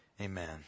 Amen